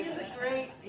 he's a great